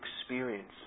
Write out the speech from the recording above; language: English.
experience